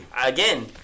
Again